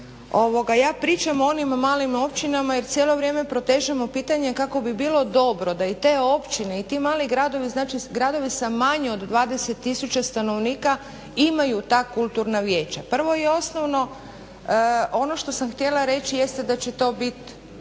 Ja pričam o onima malim općinama jer cijelo vrijeme protežemo pitanje kako bi bilo dobro da i te općine i ti mali gradovi znači gradovi sa manje od 20 tisuća stanovnika imaju ta kulturna vijeća. Prvo i osnovno ono što sam htjela reći jeste da će to biti